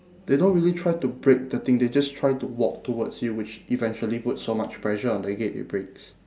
they don't really try to break the thing they just try to walk towards you which eventually puts so much pressure on the gate it breaks